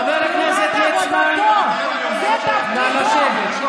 קריאות: חבר הכנסת ליצמן, נא לשבת.